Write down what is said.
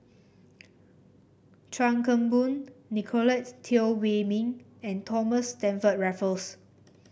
Chuan Keng Boon Nicolette Teo Wei Min and Thomas Stamford Raffles